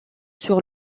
sur